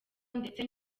ndetse